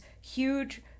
huge